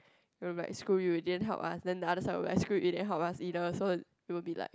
will like screw you you didn't help us then the other side will like screw you didn't help us either so it will be like